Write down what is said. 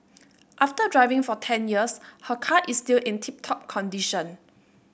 after driving for ten years her car is still in tip top condition